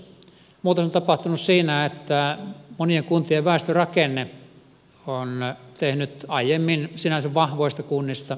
muutos on tapahtunut siinä että monien kuntien väestörakenne on tehnyt aiemmin sinänsä vahvoista kunnista heikkoja kuntia